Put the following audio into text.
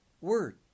word